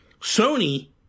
Sony